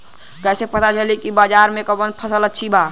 कैसे पता चली की बाजार में कवन फसल अच्छा बा?